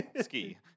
Ski